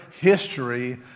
history